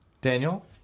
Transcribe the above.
Daniel